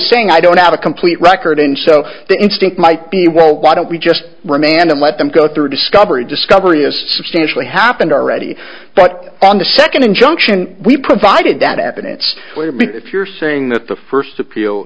saying i don't have a complete record and so the instinct might be well why don't we just remand and let them go through discovery discovery as substantially happened already but on the second injunction we provided that evidence you're saying that the first appeal